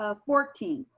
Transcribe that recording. ah fourteen,